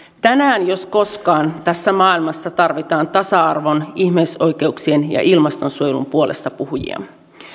tänään jos koskaan tässä maailmassa tarvitaan tasa arvon ihmisoikeuksien ja ilmastonsuojelun puolestapuhujia